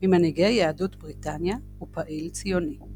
ממנהיגי יהדות בריטניה ופעיל ציוני.